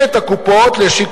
(תיקון, איסור על קנסות יציאה),